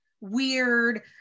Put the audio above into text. weird